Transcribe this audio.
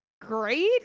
great